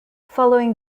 following